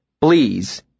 please